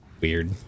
weird